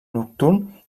nocturn